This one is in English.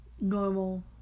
normal